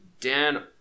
Dan